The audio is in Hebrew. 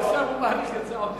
עכשיו הוא מאריך את זה עוד יותר.